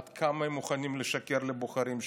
עד כמה הם מוכנים לשקר לבוחרים שלהם.